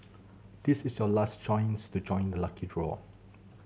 this is your last chance to join the lucky draw